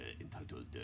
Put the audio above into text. entitled